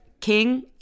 King